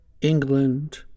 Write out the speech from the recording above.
England